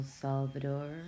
Salvador